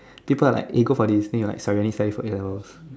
people are like eh go for this then you like sorry I need to study for a-levels